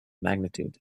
magnitude